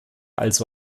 also